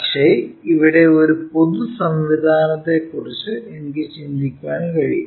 പക്ഷേ ഇവിടെ ഒരു പൊതു സംവിധാനത്തെക്കുറിച്ച് എനിക്ക് ചിന്തിക്കാൻ കഴിയും